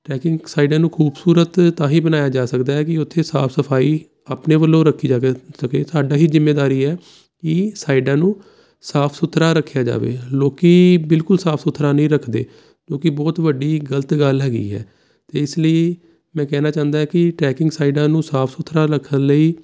trekking ਸਾਈਡਾਂ ਨੂੰ ਖੂਬਸੂਰਤ ਤਾਂ ਹੀ ਬਣਾਇਆ ਜਾ ਸਕਦਾ ਹੈ ਕਿ ਉੱਥੇ ਸਾਫ ਸਫਾਈ ਆਪਣੇ ਵੱਲੋਂ ਰੱਖੀ ਜਾਵੇ ਸਕੇ ਸਾਡਾ ਹੀ ਜਿੰਮੇਦਾਰੀ ਹੈ ਕਿ ਸਾਇਡਾਂ ਨੂੰ ਸਾਫ ਸੁਥਰਾ ਰੱਖਿਆ ਜਾਵੇ ਲੋਕ ਬਿਲਕੁਲ ਸਾਫ ਸੁਥਰਾ ਨਹੀਂ ਰੱਖਦੇ ਕਿਉਂਕਿ ਬਹੁਤ ਵੱਡੀ ਗਲਤ ਗੱਲ ਹੈਗੀ ਹੈ ਅਤੇ ਇਸ ਲਈ ਮੈਂ ਕਹਿਣਾ ਚਾਹੁੰਦਾ ਹਾਂ ਕਿ ਟਰੈਕਿੰਗ ਸਾਈਡਾਂ ਨੂੰ ਸਾਫ ਸੁਥਰਾ ਰੱਖਣ ਲਈ